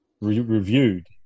reviewed